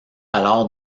alors